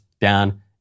down